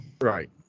right